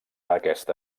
aquesta